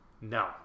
No